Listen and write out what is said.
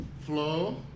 flow